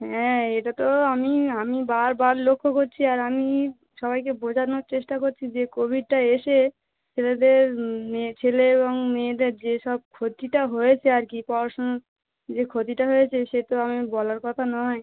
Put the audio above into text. হ্যাঁ এটা তো আমি আমি বার বার লক্ষ্য করছি আর আমি সবাইকে বোঝানোর চেষ্টা করছি যে কোভিডটা এসে ছেলেদের মেয়ে ছেলে এবং মেয়েদের যেসব ক্ষতিটা হয়েছে আর কি পড়াশুনোর যে ক্ষতিটা হয়েছে সে তো আমি বলার কথা নয়